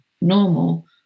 normal